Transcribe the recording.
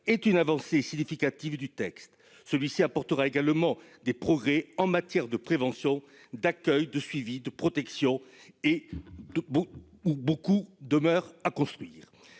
est une avancée significative du texte. Celui-ci apportera également des progrès en matière de prévention, d'accueil, de suivi, de protection, où beaucoup reste à construire.